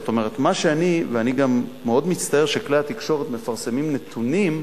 אני מצטער מאוד שכלי התקשורת מפרסמים נתונים,